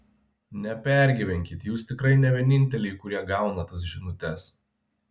nepergyvenkit jūs tikrai ne vieninteliai kurie gauna tas žinutes